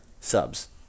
Subs